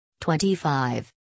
25